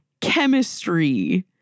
chemistry